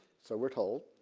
so we're told.